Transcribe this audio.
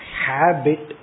habit